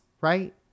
right